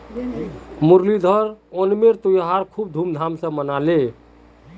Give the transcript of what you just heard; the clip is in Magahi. मुरलीधर ओणमेर त्योहार खूब धूमधाम स मनाले